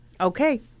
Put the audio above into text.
Okay